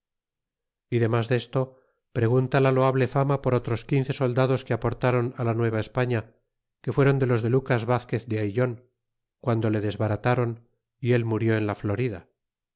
y demas desto pregunta la loable fama por otros quince soldados que aportaron á la nuevaespaña que fuéron de los de lucas vazquez de aillon guando le desbarat a ron y él murió en la florida